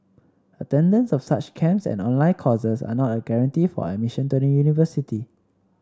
attendance of such camps and online courses are not a guarantee for admission to the university